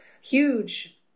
huge